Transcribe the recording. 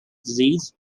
disease